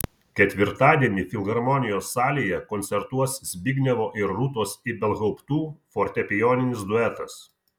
ketvirtadienį filharmonijos salėje koncertuos zbignevo ir rūtos ibelhauptų fortepijoninis duetas